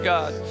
God